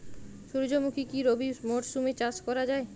সুর্যমুখী কি রবি মরশুমে চাষ করা যায়?